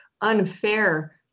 unfair